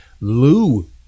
Lou